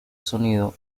sonido